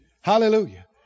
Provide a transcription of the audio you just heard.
Hallelujah